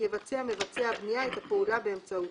יבצע מבצע הבנייה את הפעולה באמצעותו.